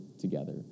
together